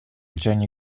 jenny